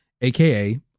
aka